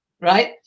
right